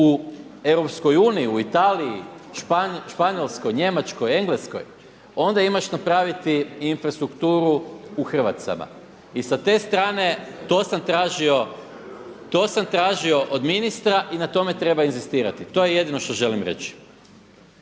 više nego u EU u Italiji, Španjolskoj, Njemačkoj, Engleskoj onda imaš napraviti infrastrukturu u Hrvacama. I sa te strane to sam tražio, to sam tražio od ministra i na tome treba inzistirati. To je jedino što želim reći.